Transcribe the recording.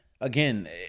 again